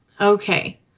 Okay